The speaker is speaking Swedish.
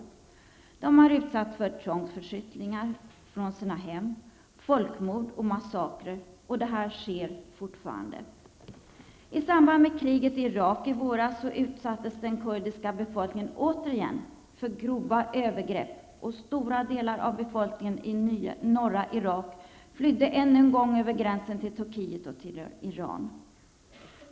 Kurderna har utsatts för tvångsförflyttningar från sina hem, folkmord och massakrer, och detta sker fortfarande. I samband med kriget i Irak i våras utsattes den kurdiska befolkningen återigen för grova övergrepp, och stora delar av befolkningen i norra Irak flydde än en gång över gränsen till Turkiet och till Iran.